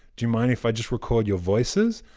do you mind if i just record your voices?